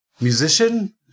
musician